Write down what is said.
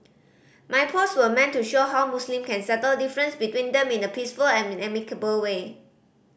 my post were meant to show how Muslim can settle difference between them in a peaceful and amicable way